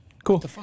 Cool